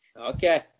okay